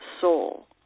soul